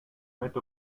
mette